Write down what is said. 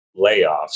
layoffs